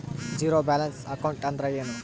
Zero balance account ಅಂದ್ರ ಏನು?